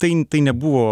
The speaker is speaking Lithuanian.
tai tai nebuvo